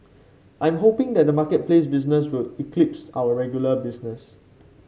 I am hoping that the marketplace business will eclipse our regular business